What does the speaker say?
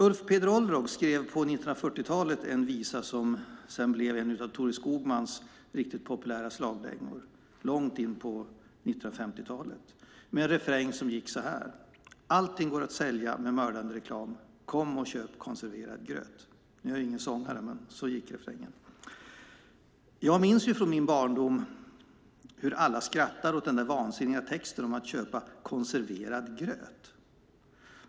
Ulf Peder Olrog skrev på 1940-talet en visa som sedan blev en av Thore Skogmans riktigt populära slagdängor långt in på 1950-talet. Refrängen var: Allting går att sälja med mördande reklam, kom och köp konserverad gröt. Jag är ingen sångare, men så gick refrängen. Jag minns från min barndom hur alla skrattade åt den vansinniga texten om att köpa konserverad gröt.